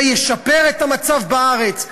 זה ישפר את המצב בארץ?